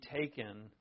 taken